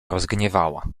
rozgniewała